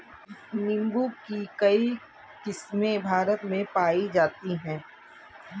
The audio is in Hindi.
नीम्बू की कई किस्मे भारत में पाई जाती है